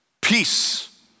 peace